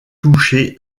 touchés